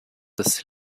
das